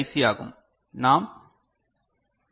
C ஆகும் நாம் B